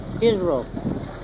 Israel